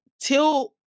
till